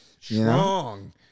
strong